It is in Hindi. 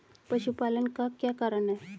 पशुपालन का क्या कारण है?